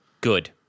Good